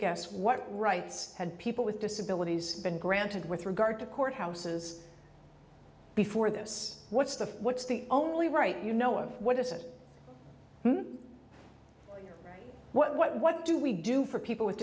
guess what rights had people with disabilities been granted with regard to courthouses before this what's the what's the only right you know of what is it what what do we do for people with